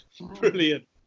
brilliant